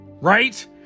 right